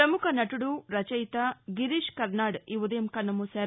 ప్రపముఖ నటుడు రచయిత గిరీష్ కర్నాడ్ ఈ ఉదయం కన్నుమూశారు